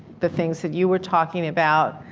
the things that you were talking about,